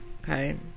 Okay